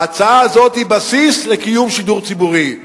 ההצעה הזאת היא בסיס לקיום שידור ציבורי,